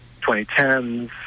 2010s